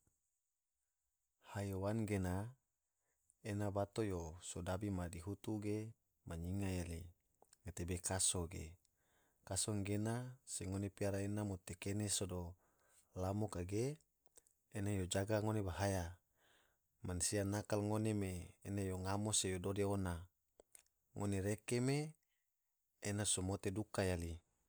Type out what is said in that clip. Haiwan gena ena bato yo sodabi madihutu ge ma nyinga yali, gatebe kaso ge, kaso gena se ngone piara ena mote kene sado lamo kage ena yo jaga ngone bahaya, mansia nakal ngone me ene yo ngamo se yo dode ona, ngone reke me ena somote duka yali.